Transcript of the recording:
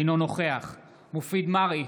אינו נוכח מופיד מרעי,